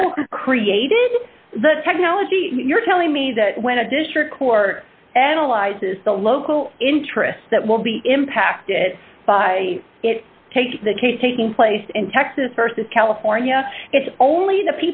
were created the technology you're telling me that when a district court analyzes the local interests that will be impacted by it take the case taking place in texas versus california it's only the